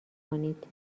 کنید